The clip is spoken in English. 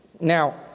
Now